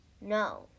No